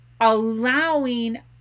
allowing